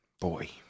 boy